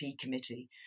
committee